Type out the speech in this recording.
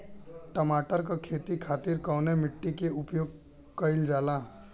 टमाटर क खेती खातिर कवने मिट्टी के उपयोग कइलजाला?